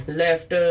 left